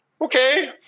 okay